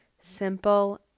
simple